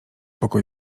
poko